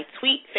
tweet